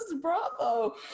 Bravo